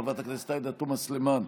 חברת הכנסת עאידה תומא סלימאן,